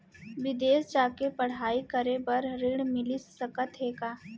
बिदेस जाके पढ़ई करे बर ऋण मिलिस सकत हे का?